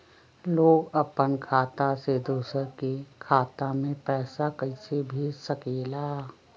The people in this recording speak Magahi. लोग अपन खाता से दोसर के खाता में पैसा कइसे भेज सकेला?